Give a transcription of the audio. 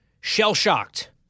shell-shocked